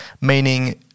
Meaning